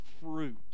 fruit